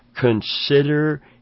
Consider